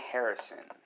Harrison